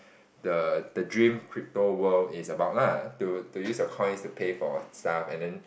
the the dream crypto world is about lah to to use your coin to pay for stuff and then